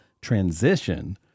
transition